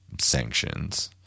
sanctions